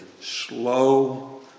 slow